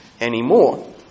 anymore